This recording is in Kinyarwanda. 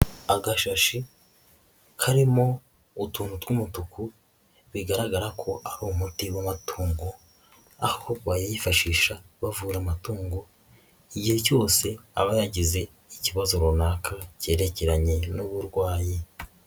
Agashashi karimo utuntu tw'umutuku bigaragara ko ari umuti w'amatungo, aho bayifashisha bavura amatungo igihe cyose aba yagize ikibazo runaka kerekeranye n'uburwayi.